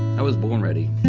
i was born ready.